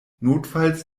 notfalls